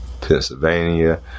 Pennsylvania